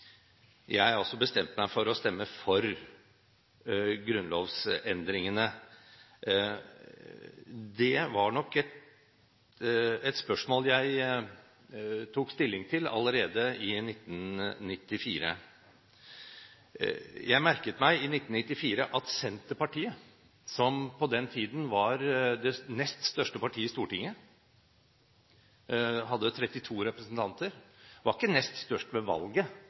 jeg bestemt meg for å stemme for grunnlovsendringene. Det var nok et spørsmål jeg tok stilling til allerede i 1994. Jeg merket meg i 1994 at Senterpartiet, som på den tiden var det nest største partiet i Stortinget og hadde 32 representanter – det var ikke nest størst ved valget